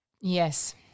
Yes